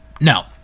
no